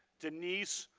denise,